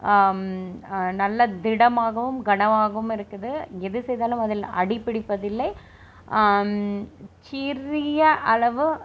நல்ல திடமாகவும் கனமாகவும் இருக்குது எது செய்தாலும் அதில் அடிப் பிடிப்பதில்லை சிறிய அளவு